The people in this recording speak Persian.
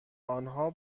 آنها